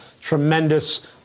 tremendous